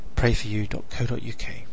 PrayForYou.co.uk